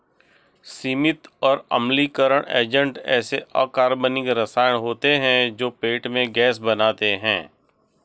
सीमित और अम्लीकरण एजेंट ऐसे अकार्बनिक रसायन होते हैं जो पेट में गैस बनाते हैं